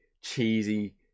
cheesy